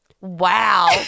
Wow